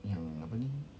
yang apa ni